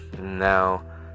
Now